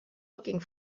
looking